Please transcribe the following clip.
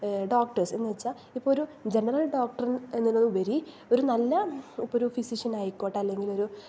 doctors എന്നു വെച്ചാൽ ഇപ്പോൾ ഒരു ജനറൽ ഡോക്ടറ് എന്നതിലുപരി ഒരു നല്ല ഒരു ഫിസിഷ്യൻ ആയിക്കോട്ടെ അല്ലെങ്കിലൊരു